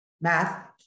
math